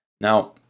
Now